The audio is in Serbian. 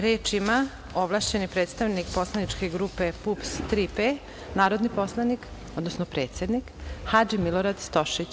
Reč ima ovlašćeni predstavnik poslaničke grupe PUPS – „Tri P“, narodni poslanik, odnosno predsednik Hadži Milorad Stošić.